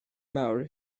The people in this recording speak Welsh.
mawr